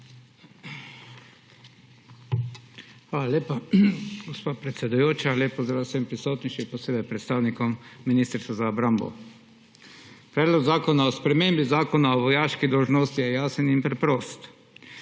Hvala lepa, gospa predsedujoča. Lep pozdrav vsem prisotnim, še posebej predstavnikom Ministrstva za obrambo! Predlog zakona o spremembi Zakona o vojaški dolžnosti je jasen in preprost.